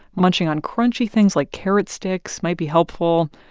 munching on crunchy things like carrot sticks might be helpful.